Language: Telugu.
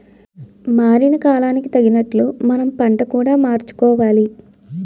మారిన కాలానికి తగినట్లు మనం పంట కూడా మార్చుకోవాలి